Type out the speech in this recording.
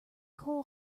coal